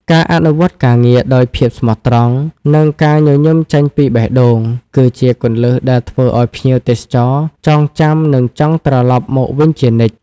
ការអនុវត្តការងារដោយភាពស្មោះត្រង់ និងការញញឹមចេញពីបេះដូង គឺជាគន្លឹះដែលធ្វើឱ្យភ្ញៀវទេសចរចងចាំ និងចង់ត្រឡប់មកវិញជានិច្ច។